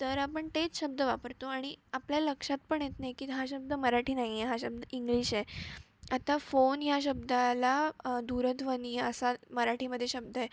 तर आपण तेच शब्द वापरतो आणि आपल्या लक्षात पण येत नाही की हा शब्द मराठी नाही आहे हा शब्द इंग्लिश आहे आता फोन या शब्दाला दूरध्वनी असा मराठीमध्ये शब्द आहे